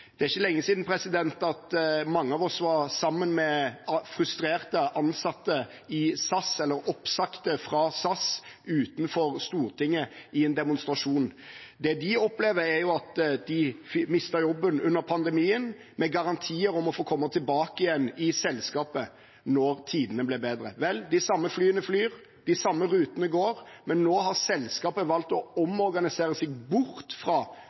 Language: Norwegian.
Det er ikke lenge siden at mange av oss var sammen med frustrerte oppsagte ansatte fra SAS utenfor Stortinget i en demonstrasjon. Det de opplevde, var at de mistet jobben under pandemien, med garantier om å få komme tilbake til selskapet når tidene ble bedre. Vel, de samme flyene flyr, de samme rutene går, men nå har selskapet valgt å omorganisere seg bort fra